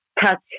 touch